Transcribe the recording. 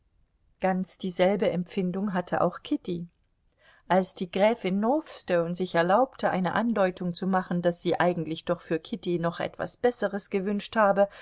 ganz dieselbe empfindung hatte auch kitty als die gräfin northstone sich erlaubte eine andeutung zu machen daß sie eigentlich doch für kitty noch etwas besseres gewünscht habe